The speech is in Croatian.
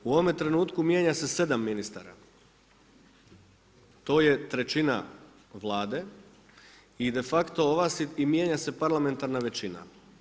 U ovome trenutku mijenja se 7 ministara, to je trećina Vlade i de facto i mijenja se parlamentarna većina.